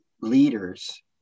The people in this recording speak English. leaders